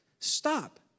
stop